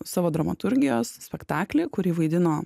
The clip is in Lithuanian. savo dramaturgijos spektaklį kurį vaidino